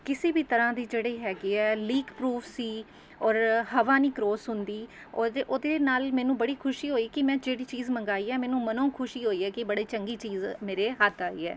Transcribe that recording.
ਕਿਸੀ ਵੀ ਤਰ੍ਹਾਂ ਦੀ ਜਿਹੜੀ ਹੈਗੀ ਹੈ ਲੀਕਪਰੂਫ਼ ਸੀ ਔਰ ਹਵਾ ਨਹੀਂ ਕਰੌਸ ਹੁੰਦੀ ਉਦੇ ਉਹਦੇ ਨਾਲ ਮੈਨੂੰ ਬੜੀ ਖੁਸ਼ੀ ਹੋਈ ਕਿ ਮੈਂ ਜਿਹੜੀ ਚੀਜ਼ ਮੰਗਵਾਈ ਹੈ ਮੈਨੂੰ ਮਨੋ ਖੁਸ਼ੀ ਹੋਈ ਹੈ ਕਿ ਬੜੇ ਚੰਗੀ ਚੀਜ਼ ਮੇਰੇ ਹੱਥ ਆਈ ਹੈ